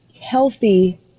healthy